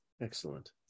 Excellent